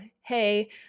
hey